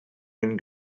gün